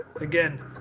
Again